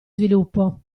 sviluppo